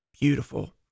beautiful